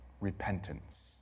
Repentance